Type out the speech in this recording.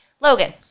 Logan